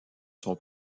son